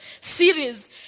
series